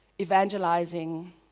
evangelizing